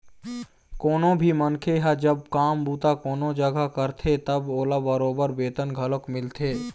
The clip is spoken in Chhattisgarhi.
कोनो भी मनखे ह जब काम बूता कोनो जघा करथे तब ओला बरोबर बेतन घलोक मिलथे